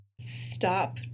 stop